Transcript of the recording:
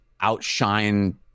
outshine